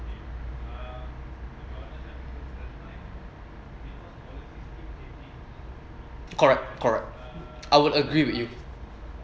correct correct I would agree with you